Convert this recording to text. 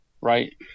right